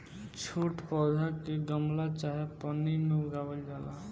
छोट पौधा के गमला चाहे पन्नी में उगावल जाला